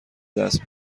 دست